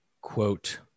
quote